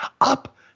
up